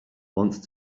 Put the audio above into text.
once